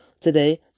Today